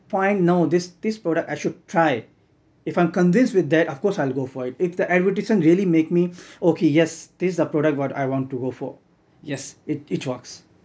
find no this this product I should try if I'm convinced with that of course I'll go for it if the advertisement really make me okay yes this is the product what I want to go for yes it it works